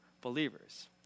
believers